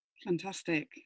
Fantastic